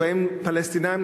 שבה פלסטינים,